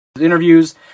interviews